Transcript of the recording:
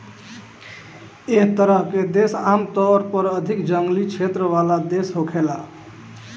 एह तरह के देश आमतौर पर अधिक जंगली क्षेत्र वाला देश होखेला